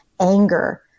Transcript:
anger